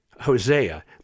Hosea